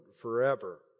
forever